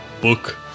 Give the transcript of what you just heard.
book